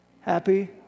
happy